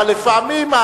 אבל לפעמים,